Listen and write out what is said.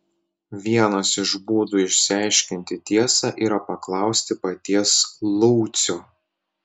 vienas iš būdų išsiaiškinti tiesą yra paklausti paties laucio